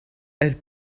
elles